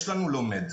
יש לנו לומד.